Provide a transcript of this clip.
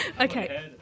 Okay